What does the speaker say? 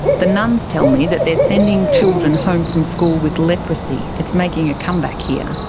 the nuns tell me that they're sending children home from school with leprosy, it's making a comeback here.